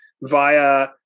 via